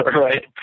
right